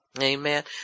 Amen